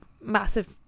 massive